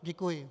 Děkuji.